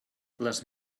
les